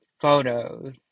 photos